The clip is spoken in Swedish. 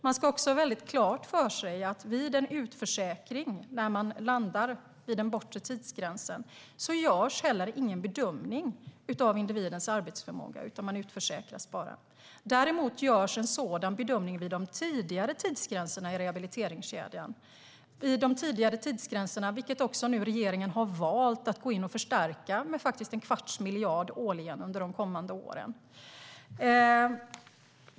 Man ska också ha klart för sig att vid en utförsäkring vid den bortre tidsgränsen görs heller ingen bedömning av individens arbetsförmåga. Man utförsäkras bara. Däremot görs en sådan bedömning vid de tidigare tidsgränserna i rehabiliteringskedjan, vilket regeringen har valt att gå in och förstärka med en kvarts miljard årligen under de kommande åren.